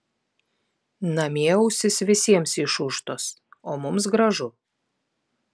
namie ausys visiems išūžtos o mums gražu